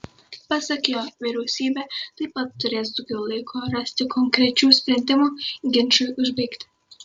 pasak jo vyriausybė taip pat turės daugiau laiko rasti konkrečių sprendimų ginčui užbaigti